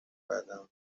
بدم